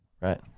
right